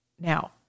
Now